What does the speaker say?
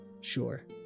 Sure